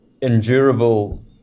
endurable